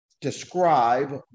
describe